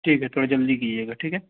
ٹھیک ہے تھوڑا جلدی کیجیئے گا ٹھیک ہے